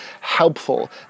helpful